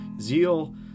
Zeal